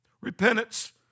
Repentance